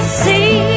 see